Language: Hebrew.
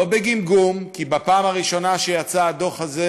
לא בגמגום, כי בפעם הראשונה שיצא הדוח הזה